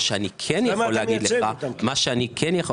מה שאני כן יכול